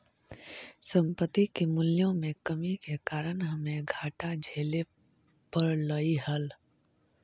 संपत्ति के मूल्यों में कमी के कारण हमे घाटा झेले पड़लइ हल